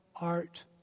art